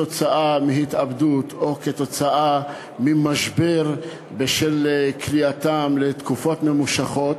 עקב התאבדות או עקב משבר בשל כליאתם לתקופות ממושכות,